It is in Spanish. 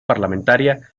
parlamentaria